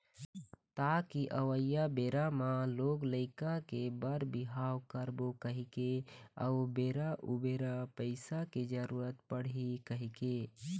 ताकि अवइया बेरा म लोग लइका के बर बिहाव करबो कहिके अउ बेरा उबेरा पइसा के जरुरत पड़ही कहिके